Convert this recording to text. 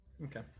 okay